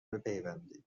بپیوندید